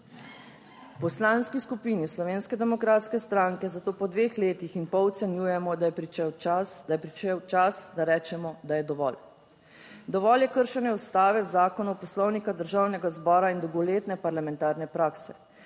Poslanski skupini Slovenske demokratske stranke zato po dveh letih in pol ocenjujemo, da je prišel čas, da rečemo, da je dovolj. Dovolj je kršenja Ustave, zakonov, poslovnika državnega zbora in dolgoletne parlamentarne prakse.